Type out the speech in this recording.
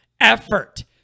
effort